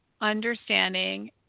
understanding